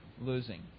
losing